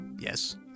Yes